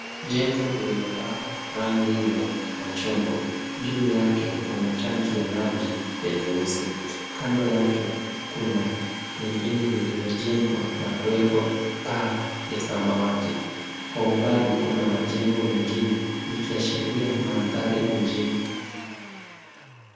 Jengo lililopakwa rangi ya machungwa. Juu yake kuna tanki ya maji ya nyeusi. Kando yake kuna lingine lililojengwa na kuwekwa paa ya samawati. Kwa umbali kuna majengo mengine, ikiashiria maandhari ya mjini.